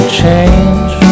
change